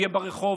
נהיה ברחוב,